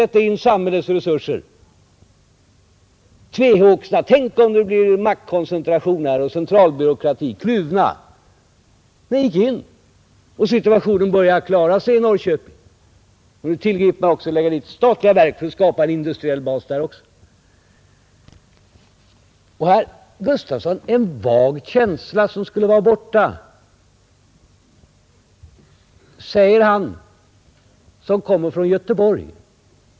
Tvehågsna skulle vi kanske ha sagt: Tänk om det blir maktkoncentration, centralbyråkrati! I stället grep vi in och situationen börjar klarna i Norrköping; nu tillgriper vi också åtgärden att förlägga statliga verk dit för att skapa en industriell bas. Herr Gustafson, som kommer från Göteborg, talar om denna vaga känsla som nu skulle vara borta.